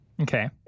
Okay